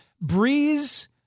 Breeze